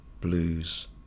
blues